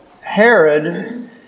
Herod